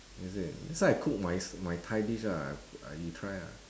is it next time I cook my my Thai dish ah you try ah